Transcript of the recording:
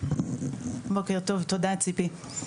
בוקר טוב, תודה ציפי.